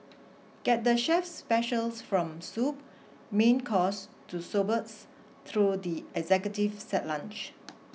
get the chef's specials from soup main course to sorbets through the executive set lunch